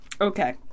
Okay